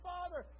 Father